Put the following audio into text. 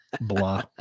Blah